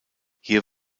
hier